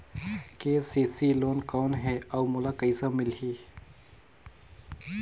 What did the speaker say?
KCC loan कौन हे अउ मोला कइसे मिलही?